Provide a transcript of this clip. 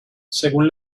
según